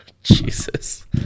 Jesus